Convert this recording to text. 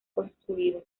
construidos